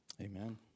Amen